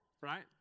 right